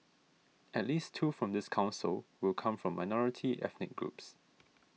at least two from this Council will come from minority ethnic groups